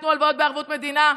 תנו הלוואות בערבות מדינה,